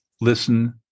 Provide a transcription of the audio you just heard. listen